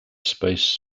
space